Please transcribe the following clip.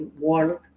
world